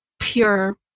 pure